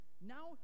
now